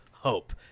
hope